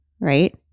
right